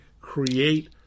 create